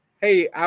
Hey